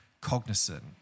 cognizant